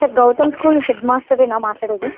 sir Gautam school హెడ్మాస్టరేనా మాట్లాడేది